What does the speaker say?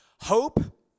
Hope